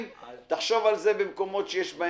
זה תהליך של כמה חודשים.